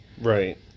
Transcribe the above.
right